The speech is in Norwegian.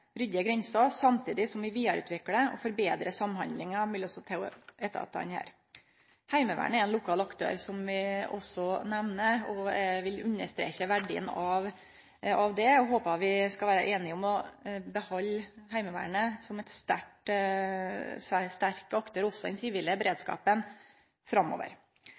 samtidig som vi vidareutviklar og betrar samhandlinga mellom desse to etatane. Heimevernet er ein lokal aktør som vi også nemner. Eg vil understreke verdien av det og håper vi skal vere einige om å behalde også Heimevernet som ein sterk aktør i den sivile beredskapen framover.